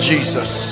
Jesus